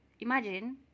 Imagine